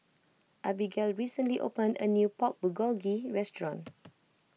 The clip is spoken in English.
Abigale recently opened a new Pork Bulgogi restaurant